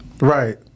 Right